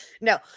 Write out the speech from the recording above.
No